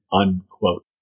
unquote